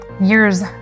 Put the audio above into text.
Years